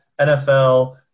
NFL